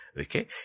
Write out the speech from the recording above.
okay